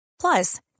Plus